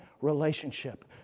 relationship